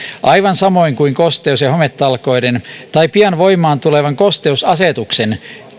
aivan samoin kuin kosteus ja hometalkoiden tai pian voimaan tulevan kosteusasetuksen